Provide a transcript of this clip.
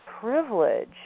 privilege